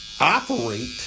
operate